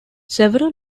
several